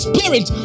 Spirit